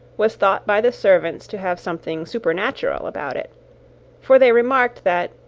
was thought by the servants to have something supernatural about it for they remarked that,